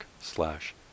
slash